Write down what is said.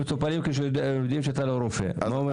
המטופלים כשהם יודעים שאתם לא רופאים?